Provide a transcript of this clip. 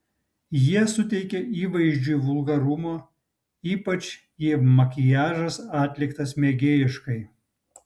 jie suteikia įvaizdžiui vulgarumo ypač jei makiažas atliktas mėgėjiškai